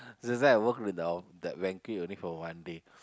so that's why I work with the of~ that banquet only for one day